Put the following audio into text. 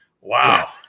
Wow